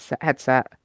headset